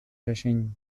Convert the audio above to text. řešení